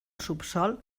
subsòl